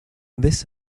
this